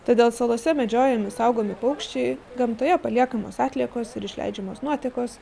todėl salose medžiojami saugomi paukščiai gamtoje paliekamos atliekos ir išleidžiamos nuotekos